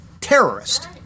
terrorist